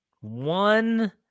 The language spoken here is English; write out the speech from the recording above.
one